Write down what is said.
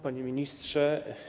Panie Ministrze!